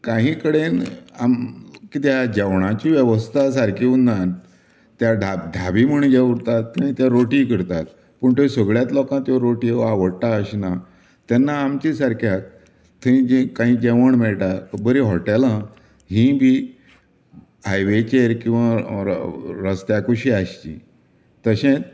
काही कडेन आम किद्या जेवणाची वेवस्था सारकी उरना ते ढा ढाबे म्हूण जे उरता थंय ते रोटी करता पूण त्यो सगल्याच लोकां त्यो रोटयो आवडटा अशें ना तेन्ना आमच्या सारक्याक थंय जे काही जेवण मेळटा बरीं हॉटेलां हींय बी हायवेचेर किंवा रस्त्या कुशी आसची तशेंच